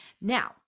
Now